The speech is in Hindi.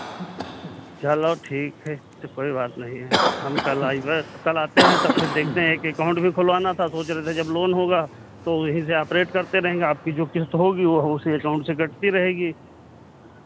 चलो ठीक है कोई बात नहीं है हम कल अइबे तो कल आते हैं तब फिर देखते हैं कि एकाउंट भी खुलवाना था सोच रहे थे जब लोन होगा तो वहीं से ऑपरेट करते रहेंगे आपकी जो किश्त होगी वो उसी एकाउंट से कटती रहेगी